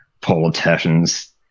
politicians